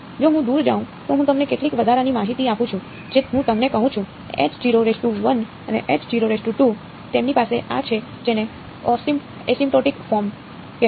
જો હું દૂર જાઉં તો હું તમને કેટલીક વધારાની માહિતી આપું છું જે હું તમને કહું છું અને તેમની પાસે આ છે જેને એસિમ્પ્ટોટિક ફોર્મ કહેવાય છે